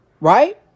right